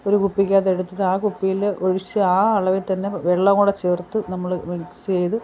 ഒരു കുപ്പിക്കാത്തെടുത്തിട്ട് ആ കുപ്പീൽ ഒഴിച്ച് ആ അളവിൽ തന്നെ വെള്ളം കൂടെ ചേർത്ത് നമ്മൾ മിക്സ് ചെയ്ത്